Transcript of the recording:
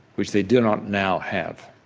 which they do not now have.